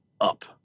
up